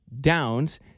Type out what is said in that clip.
downs